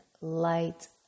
light